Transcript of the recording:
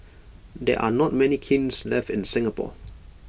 there are not many kilns left in Singapore